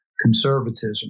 conservatism